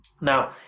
now